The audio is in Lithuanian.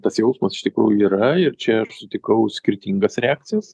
tas jausmas iš tikrųjų yra ir čia aš sutikau skirtingas reakcijas